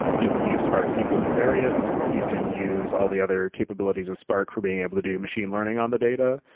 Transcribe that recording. you can use sparksql to query it. you can use all the other capabilities of spark for being able to do machine learning on the data.